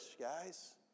guys